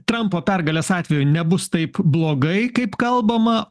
trampo pergalės atveju nebus taip blogai kaip kalbama